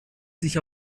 sich